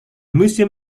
museum